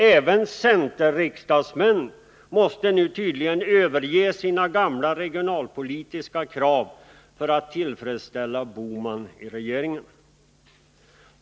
Även centerriksdagsmän måste nu tydligen överge sina gamla regionalpolitiska krav för att tillfredsställa Gösta Bohman i regeringen.